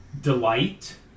delight